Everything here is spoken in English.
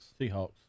Seahawks